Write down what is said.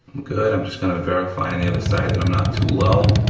good i'm just gonna verify on the other side that i'm not too low,